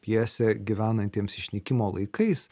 pjesę gyvenantiems išnykimo laikais